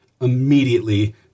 immediately